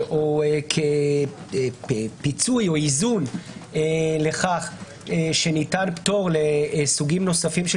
או כפיצוי או איזון לכך שניתן פטור לסוגים נוספים של